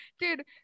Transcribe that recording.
Dude